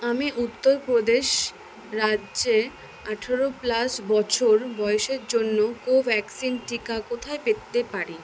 আমি উত্তরপ্রদেশ রাজ্যে আঠারো প্লাস বছর বয়সের জন্য কোভ্যাক্সিন টিকা কোথায় পেতে পারি